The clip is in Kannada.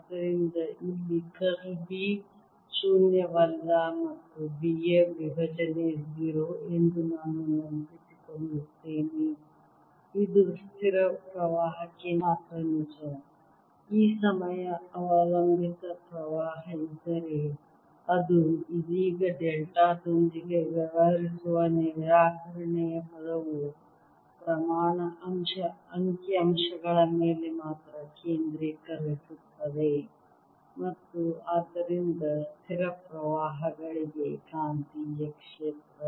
ಆದ್ದರಿಂದ ಇಲ್ಲಿ ಕರ್ಲ್ B ಶೂನ್ಯವಲ್ಲ ಮತ್ತು B ಯ ವಿಭಜನೆ 0 ಎಂದು ನಾನು ನೆನಪಿಸಿಕೊಳ್ಳುತ್ತೇನೆ ಇದು ಸ್ಥಿರ ಪ್ರವಾಹಕ್ಕೆ ಮಾತ್ರ ನಿಜ ಈ ಸಮಯ ಅವಲಂಬಿತ ಪ್ರವಾಹ ಇದ್ದರೆ ಅದು ಇದೀಗ ಡೇಟಾ ದೊಂದಿಗೆ ವ್ಯವಹರಿಸುವ ನಿರಾಕರಣೆಯ ಪದವು ಪ್ರಮಾಣ ಅಂಕಿಅಂಶಗಳ ಮೇಲೆ ಮಾತ್ರ ಕೇಂದ್ರೀಕರಿಸುತ್ತದೆ ಮತ್ತು ಆದ್ದರಿಂದ ಸ್ಥಿರ ಪ್ರವಾಹಗಳಿಗೆ ಕಾಂತೀಯ ಕ್ಷೇತ್ರ